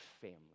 family